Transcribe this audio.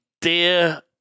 Dear